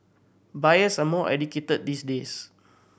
buyers are more educated these days